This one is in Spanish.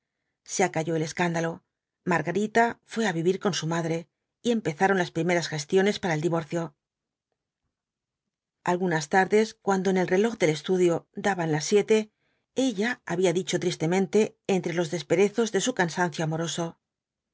se acalló el escándalo margarita fué á vivir con su madre y empezaron las primeras gestiones para el divorcio algunas tardes cuando en el reloj del estudio daban las siete ella había dicho tristemente entre los desperezos de su cansancio amoroso